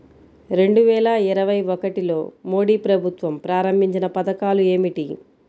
రెండు వేల ఇరవై ఒకటిలో మోడీ ప్రభుత్వం ప్రారంభించిన పథకాలు ఏమిటీ?